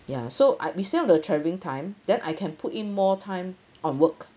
ya so I we save on the travelling time then I can put in more time on work